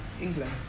England